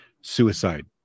suicide